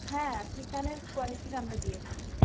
হ্যাঁ কিষাণের কোয়ালিটির আমরা দিয়ে থাকি